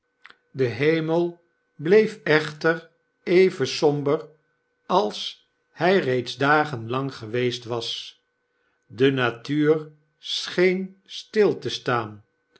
de hemel bleef echter even somber als hg reeds dagen lang geweest was de natuur scheen stil te staan